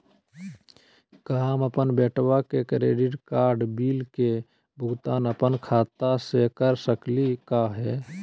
का हम अपन बेटवा के क्रेडिट कार्ड बिल के भुगतान अपन खाता स कर सकली का हे?